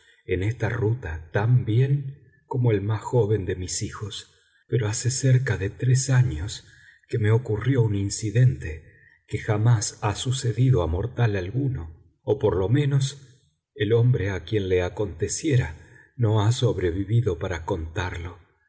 en esta ruta tan bien como el más joven de mis hijos pero hace cerca de tres años que me ocurrió un incidente que jamás ha sucedido a mortal alguno o por lo menos el hombre a quien le aconteciera no ha sobrevivido para contarlo